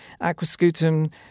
Aquascutum